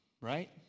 right